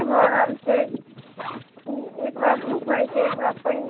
पूरा फसल बेकार भऽ जेतै पानि नहि हेतै ठीक सऽ